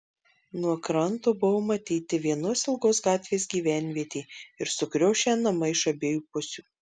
nuo kranto buvo matyti vienos ilgos gatvės gyvenvietė ir sukriošę namai iš abiejų pusių